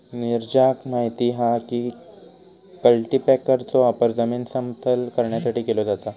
नीरजाक माहित हा की कल्टीपॅकरचो वापर जमीन समतल करण्यासाठी केलो जाता